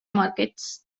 markets